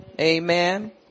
amen